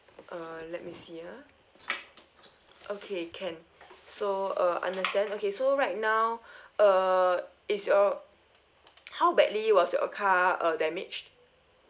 uh let me see ah okay can so uh understand okay so right now uh is your how badly was your car uh damaged